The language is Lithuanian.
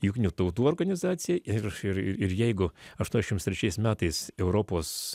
jungtinių tautų organizaciją ir ir ir jeigu aštuoniasdešimt trečiais metais europos